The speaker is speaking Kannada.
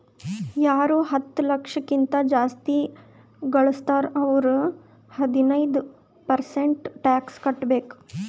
ಯಾರು ಹತ್ತ ಲಕ್ಷ ಕಿಂತಾ ಜಾಸ್ತಿ ಘಳುಸ್ತಾರ್ ಅವ್ರು ಹದಿನೈದ್ ಪರ್ಸೆಂಟ್ ಟ್ಯಾಕ್ಸ್ ಕಟ್ಟಬೇಕ್